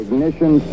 Ignition